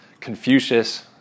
Confucius